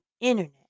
internet